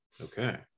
Okay